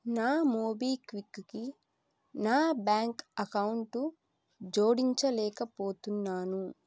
నా మోబిక్విక్కి నా బ్యాంక్ అకౌంటు జోడించలేకపోతున్నాను